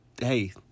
hey